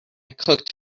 cooked